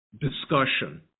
discussion